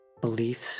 beliefs